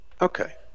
okay